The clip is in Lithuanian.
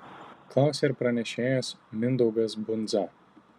klausė ir pranešėjas mindaugas bundza